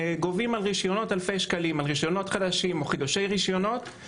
שגובים על רישיונות חדשים או על חידוש רישיונות אלפי שקלים.